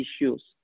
issues